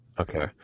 Okay